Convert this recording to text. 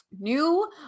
new